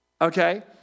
Okay